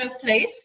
place